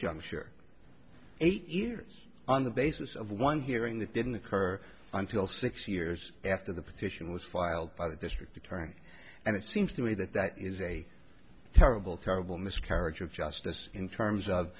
juncture eight years on the basis of one hearing that didn't occur until six years after the petition was filed by the district attorney and it seems to me that that is a terrible terrible miscarriage of justice in terms of